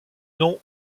nom